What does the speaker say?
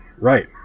Right